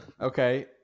Okay